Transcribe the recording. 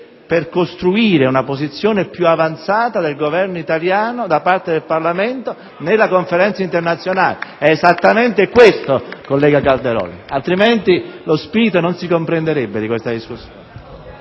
per costruire una posizione più avanzata del Governo italiano da parte del Parlamento nella Conferenza internazionale; è esattamente questo, collega Calderoli, altrimenti non si comprenderebbe lo spirito di questa discussione.